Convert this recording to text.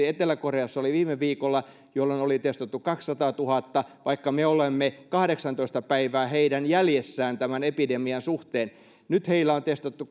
etelä koreassa oli viime viikolla jolloin oli testattu kaksisataatuhatta vaikka me olemme kahdeksantoista päivää heidän jäljessään tämän epidemian suhteen nyt heillä on testattu